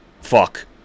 fuck